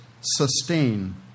sustain